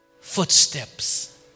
footsteps